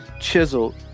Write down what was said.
chiseled